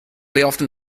often